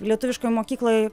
lietuviškoj mokykloj